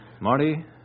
Marty